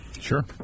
Sure